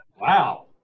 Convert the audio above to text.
Wow